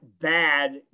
bad